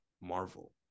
Marvel